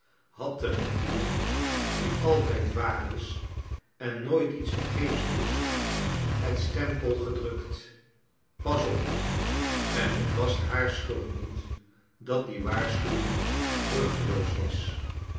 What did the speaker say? had de natuur die altijd waar is en nooit iets vergeefs doet het stempel gedrnkt pas op en het was haar schuld niet dat die waarschuwing vxuchteloos was